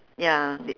ya the